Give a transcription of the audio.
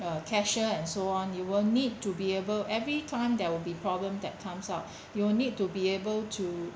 a cashier and so on you will need to be able every time there will be problems that comes up you'll need to be able to